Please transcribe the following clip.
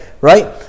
right